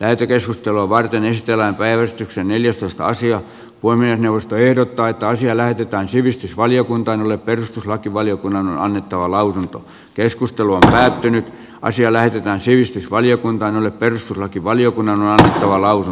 lähetekeskustelua varten ystävänpäivä neljästoista sija voimme nousta ehdokkaita on siellä jotain sivistysvaliokuntaan jolle perustuslakivaliokunnan on annettava lausunto keskustelua täälläkin asia lähetetään sivistysvaliokunta perustuslakivaliokunnan varaus